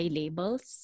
labels